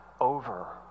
over